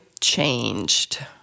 changed